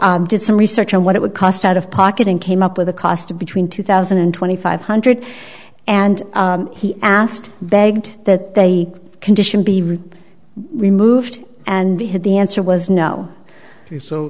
he did some research on what it would cost out of pocket and came up with a cost between two thousand and twenty five hundred and he asked begged that they condition be removed and he had the answer was no